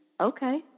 okay